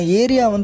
area